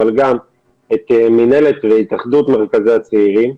אבל גם את מינהלת והתאחדות מרכזי הצעירים,